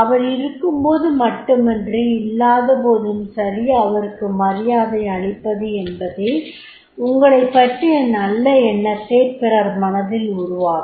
அவர் இருக்கும்போது மட்டுமன்றி இல்லாதபோதும் சரி அவருக்கு மரியாதை அளிப்பதென்பது உங்களைப்பற்றிய நல்ல எண்ணத்தை பிறர் மனதில் உருவாக்கும்